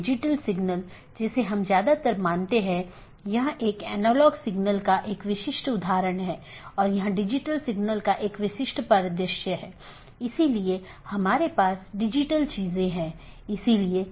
और अगर आप फिर से याद करें कि हमने ऑटॉनमस सिस्टम फिर से अलग अलग क्षेत्र में विभाजित है तो उन क्षेत्रों में से एक क्षेत्र या क्षेत्र 0 बैकबोन क्षेत्र है